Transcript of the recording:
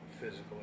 physical